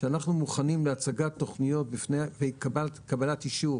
שאנחנו מוכנים להצגת תוכניות וקבלת אישור